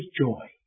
joy